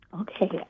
Okay